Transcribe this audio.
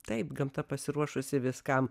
taip gamta pasiruošusi viskam